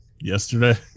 yesterday